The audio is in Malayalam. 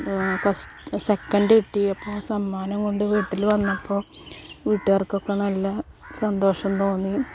സെക്കൻ്റ് കിട്ടി അപ്പോൾ സമ്മാനം കൊണ്ട് വീട്ടിൽ വന്നപ്പോൾ വീട്ട്കാർകൊക്കെ നല്ല സന്തോഷം തോന്നി